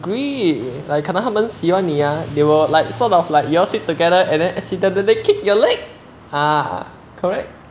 agree like 可能他们喜欢你啊 they were like sort of like you all sit together and then accidentally kick your leg ha correct